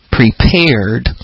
prepared